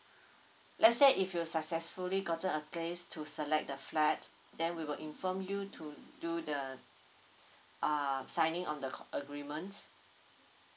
let's say if you successfully gotten a place to select the flat then we will inform you to do the uh signing on the con~ agreements